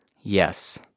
Yes